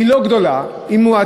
היא לא גדולה, היא מועטה,